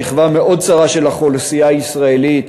שכבה מאוד צרה של האוכלוסייה הישראלית,